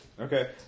Okay